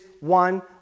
one